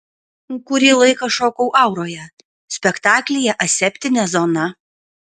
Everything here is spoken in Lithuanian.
kurį laiką šokau auroje spektaklyje aseptinė zona